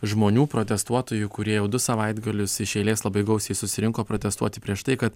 žmonių protestuotojų kurie jau du savaitgalius iš eilės labai gausiai susirinko protestuoti prieš tai kad